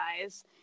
guys